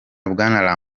bwana